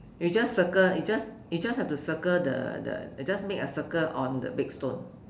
you just circle you just you just have to circle the the you just make a circle on the big stone